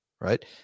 right